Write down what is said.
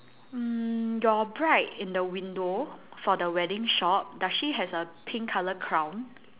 mm your bride in the window for the wedding shop does she has a pink colour crown